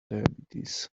diabetes